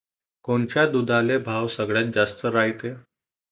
कोनच्या दुधाले भाव सगळ्यात जास्त रायते?